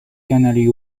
canary